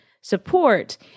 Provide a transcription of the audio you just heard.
support